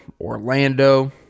Orlando